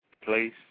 place